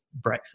Brexit